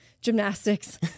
gymnastics